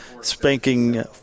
spanking